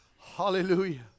Hallelujah